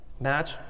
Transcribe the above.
match